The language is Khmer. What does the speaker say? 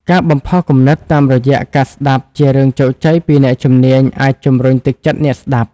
ការបំផុសគំនិតតាមរយះការស្តាប់ជារឿងជោគជ័យពីអ្នកជំនាញអាចជំរុញទឹកចិត្តអ្នកស្តាប់។